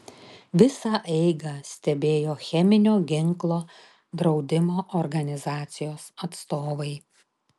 visą eigą stebėjo cheminio ginklo draudimo organizacijos atstovai